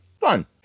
Fun